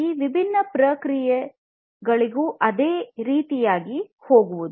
ಈ ವಿಭಿನ್ನ ಪ್ರಮುಖ ಪ್ರಕ್ರಿಯೆಗಳಿಗೂ ಅದೇ ರೀತಿಯಾಗಿ ಹೋಗುತ್ತವೆ